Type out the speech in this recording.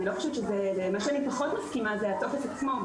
אני פחות מסכימה עם העניין של הטופס עצמו.